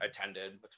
attended